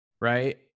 right